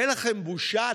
אין לכם בושה?